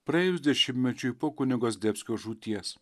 praėjus dešimtmečiui po kunigo zdebskio žūties